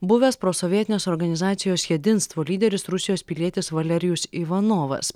buvęs prosovietinės organizacijos jedinstvo lyderis rusijos pilietis valerijus ivanovas